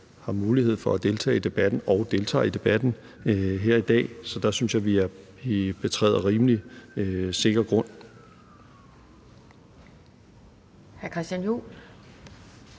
har mulighed for at deltage i debatten, og de deltager i debatten her i dag, så der synes jeg, at vi betræder rimelig sikker grund.